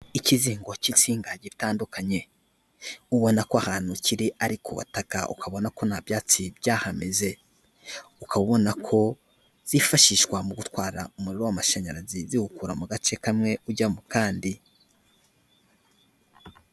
Ikizingo ck'insinga gitandukanye, ubona ko ahantu kiri ari ku batata ukabona ko nta byatsi byahameze, ukabona ko byifashishwa mu gutwara umuriro w'amashanyarazi ziwukura mu gace kamwe ujya mu kandi.